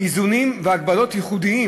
איזונים והגבלות ייחודיים,